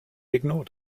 ignored